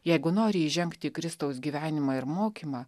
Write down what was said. jeigu nori įžengti į kristaus gyvenimą ir mokymą